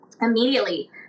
Immediately